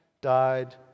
died